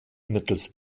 mittels